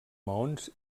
maons